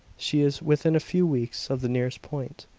she is within a few weeks of the nearest point.